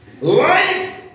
Life